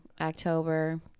October